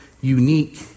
unique